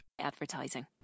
advertising